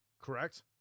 Correct